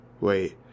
wait